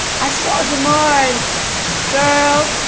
i saw jamara and girl,